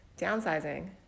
downsizing